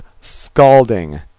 scalding